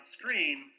screen